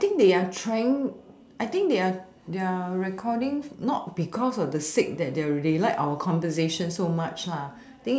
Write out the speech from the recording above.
I think they are trying I think they are they're recording not because of the sake that they're read they like our conversation so much lah